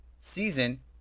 season